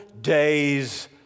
days